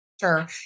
Sure